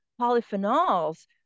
polyphenols